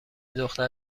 دختر